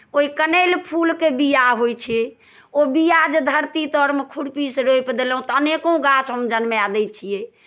ओहि कनैल फूलके बीआ होइ छै ओ बीआ जे धरती तरमे खुरपीसँ रोपि देलहुँ तऽ अनेको गाछ हम जन्माए दै छियै